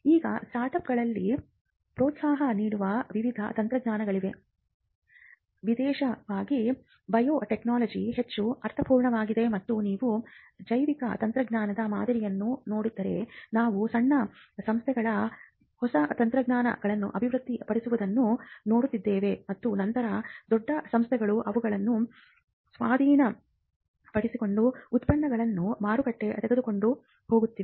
ಈಗ ಸ್ಟಾರ್ಟ್ಅಪ್ಗಳಿಗೆStartup's ಪ್ರೋತ್ಸಾಹ ನೀಡುವ ವಿವಿಧ ತಂತ್ರಜ್ಞಾನಗಳಿವೆ ವಿಶೇಷವಾಗಿ ಬಯೋಟೆಕ್ನಾಲಜಿಯಲ್ಲಿ ಹೆಚ್ಚು ಅರ್ಥಪೂರ್ಣವಾಗಿದೆ ಮತ್ತು ನೀವು ಜೈವಿಕ ತಂತ್ರಜ್ಞಾನದ ಮಾದರಿಯನ್ನು ನೋಡಿದರೆ ನಾವು ಸಣ್ಣ ಸಂಸ್ಥೆಗಳು ಹೊಸ ತಂತ್ರಜ್ಞಾನಗಳನ್ನು ಅಭಿವೃದ್ಧಿಪಡಿಸುತ್ತಿರುವುದನ್ನು ನೋಡುತ್ತಿದ್ದೇವೆ ಮತ್ತು ನಂತರ ದೊಡ್ಡ ಸಂಸ್ಥೆಗಳು ಅವುಗಳನ್ನು ಸ್ವಾಧೀನಪಡಿಸಿಕೊಂಡು ಉತ್ಪನ್ನವನ್ನು ಮಾರುಕಟ್ಟೆಗೆ ತೆಗೆದುಕೊಂಡು ಹೋಗುತ್ತಿವೆ